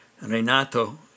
Renato